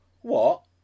What